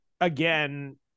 again